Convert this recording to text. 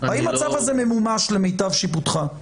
האם הצו הזה ממומש למיטב שיפוטך?